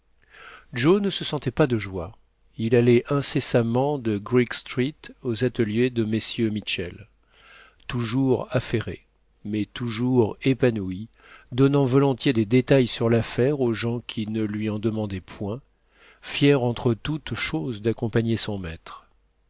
joe ne se sentait pas de joie il allait incessamment de greek street aux ateliers de mm mittchell toujours affairé mais toujours épanoui donnant volontiers des détails sur laffaire aux gens qui ne lui en demandaient point fier entre toutes choses daccompagner son maître